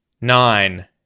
nine